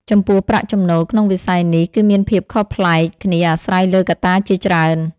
ចំពោះ ប្រាក់ចំណូល ក្នុងវិស័យនេះ គឺមានភាពខុសប្លែកគ្នាអាស្រ័យលើកត្តាជាច្រើន។